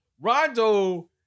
Rondo